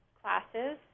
classes